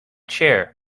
chair